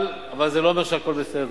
אבל זה לא אומר שהכול בסדר.